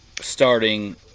starting